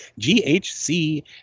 GHC